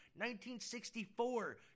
1964